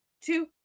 two